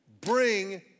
Bring